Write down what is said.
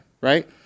right